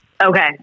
okay